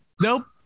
Nope